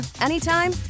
anytime